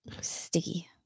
sticky